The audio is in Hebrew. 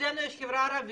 אצלנו יש את החברה הערבית,